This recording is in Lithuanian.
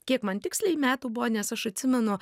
kiek man tiksliai metų buvo nes aš atsimenu